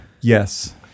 Yes